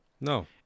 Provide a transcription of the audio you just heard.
No